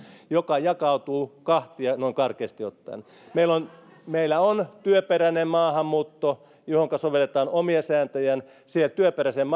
joka jakautuu kahtia noin karkeasti ottaen meillä on meillä on työperäinen maahanmuutto johonka sovelletaan omia sääntöjään siinä työperäisessä